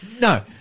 No